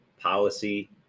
policy